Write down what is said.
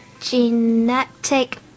genetic